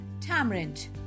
tamarind